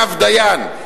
רב דיין.